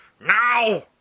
Now